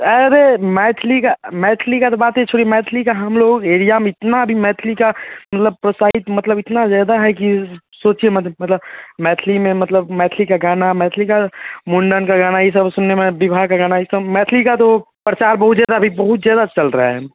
अरे मैथली का मैथली का तो बातें छोड़िए मैथली का हम लोगों के एरिया में इतना मैथली का मतलब प्रोत्साहित मतलब इतना ज़्यादा है कि सोचिए मत मतलब मैथली में मतलब मैथली का गाना मैथली का मुंडन का गाना ये सब सुनने में विवाह का गाना ये सब मैथली का तो प्रचार बहुत ज़्यादा अभी बहुत ज़्यादा चल रा है